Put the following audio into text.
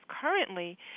currently